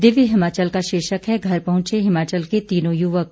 दिव्य हिमाचल का शीर्षक है घर पहुंचे हिमाचल के तीनों युवक